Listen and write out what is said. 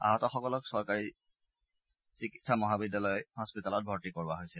আহতসকলক চৰকাৰী চিকিৎসা মহাবিদ্যালয় হাস্পতালত ভৰ্তি কৰোৱা হৈছে